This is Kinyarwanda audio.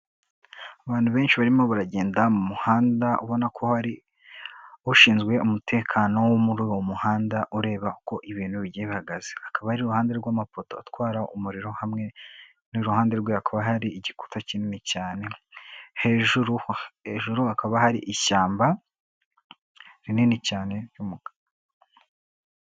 Abantu benshi barimo baragenda mu muhanda, ubona ko hari ushinzwe umutekano wo muri uwo muhanda ureba uko ibintu bigiye bihagaze, akaba ari iruhande rw'amapoto atwara umuriro hamwe n'iruhande rwe hakaba hari igikuta kinini cyane, hejuru hakaba hari ishyamba rinini cyane ry'umukara